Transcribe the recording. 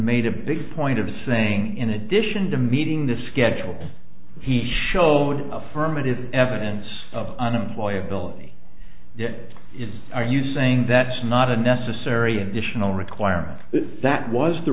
made a big point of saying in addition to meeting the schedule he showed affirmative evidence of an employee ability that is are you saying that's not a necessary an additional requirement that was the